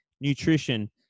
nutrition